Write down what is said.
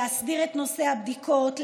להסדיר את נושא הבדיקות,